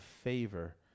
Favor